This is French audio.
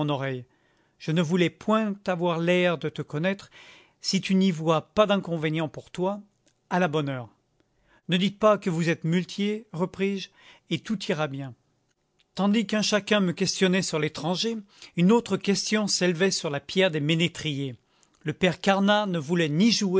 je ne voulais point avoir l'air de te connaître si tu n'y vois pas d'inconvénient pour toi à la bonne heure ne dites pas que vous êtes muletier repris-je et tout ira bien tandis qu'un chacun me questionnait sur l'étranger une autre question s'élevait sur la pierre des ménétriers le père carnat ne voulait ni jouer